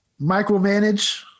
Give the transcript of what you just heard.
micromanage